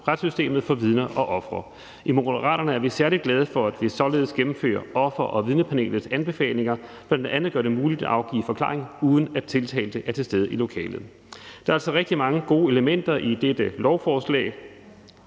retssystemet for vidner og ofre. I Moderaterne er vi særlig glade for, at vi således gennemfører Offer- og vidnepanelets anbefalinger om bl.a. at gøre det muligt at afgive forklaring, uden at den tiltalte er til stede i lokalet. Der er altså rigtig mange gode elementer i dette lovforslag.